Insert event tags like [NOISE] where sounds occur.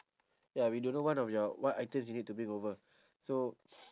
ya we don't know one of your what items we need to bring over so [NOISE]